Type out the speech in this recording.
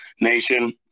Nation